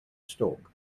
stalk